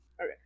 okay